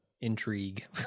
intrigue